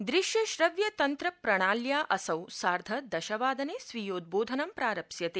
दृश्य श्रव्य तन्त्र प्रणाल्या असौ सार्ध दशवादने स्वीयोद्रोधनं प्रारप्स्यते